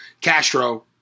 Castro